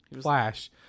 Flash